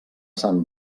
sant